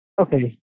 Okay